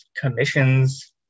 commissions